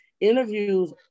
Interviews